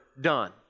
done